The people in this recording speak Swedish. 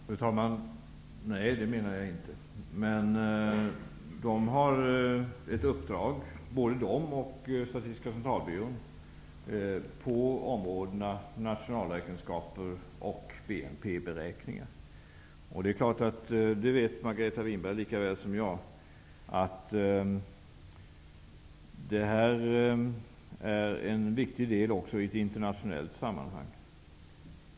Fru talman! Nej, det menar jag inte. De har ett uppdrag, och det har även Statiska centralbyrån, på områdena nationalräkenskaper och BNP beräkningar. Margareta Winberg vet lika bra som jag att detta är en viktig del också i ett internationellt sammanhang.